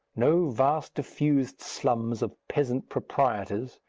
no vast diffused slums of peasant proprietors,